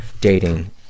dating